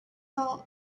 home